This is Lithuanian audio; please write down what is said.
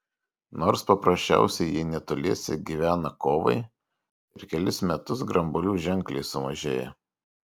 nors paprasčiausiai jei netoliese gyvena kovai per kelis metus grambuolių ženkliai sumažėja